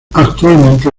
actualmente